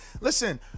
Listen